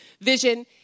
vision